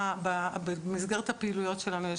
במסגרת הפעילויות שלנו,